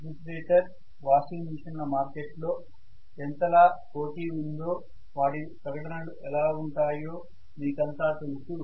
refrigerator washing మెషీన్ల market లో ఎంతలా పోటీ ఉందో వాటి ప్రకటనలు ఎలా ఉంటాయో మీకంతా తెలుసు